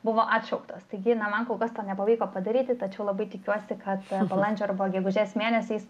buvo atšauktos taigi man kol kas to nepavyko padaryti tačiau labai tikiuosi kad balandžio arba gegužės mėnesiais